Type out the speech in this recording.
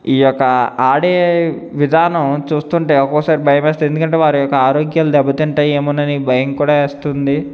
ఈ యొక్క ఆడే విధానం చూస్తుంటే ఒక్కోసారి భయమేస్తుంది ఎందుకంటే వారు యొక్క ఆరోగ్యాలు దెబ్బతింటాయి ఏమోనని భయం కూడా వేస్తుంది